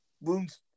wounds